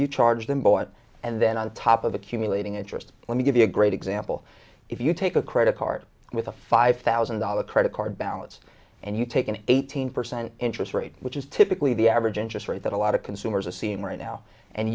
you charge them buoyant and then on top of accumulating interest when we give you a great example if you take a credit card with a five thousand dollars credit card balance and you take an eighteen percent interest rate which is typically the average interest rate that a lot of consumers are seeing right now and